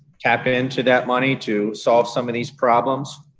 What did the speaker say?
tap into that money to solve some of these problems.